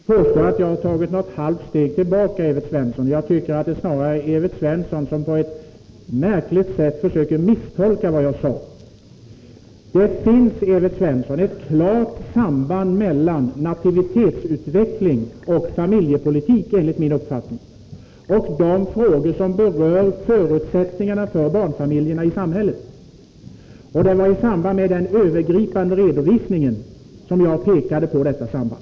Herr talman! Jag anser mig inte ha tagit ett halvt steg tillbaka, Evert Svensson. Snarare försöker Evert Svensson på ett märkligt sätt misstolka vad jag har sagt. Det finns enligt min uppfattning ett klart samband mellan nativitetsutveckling och familjepolitik samt de frågor som berör förutsättningarna för barnfamiljerna i samhället. Det var i samband med den övergripande redovisningen som jag pekade på detta samband.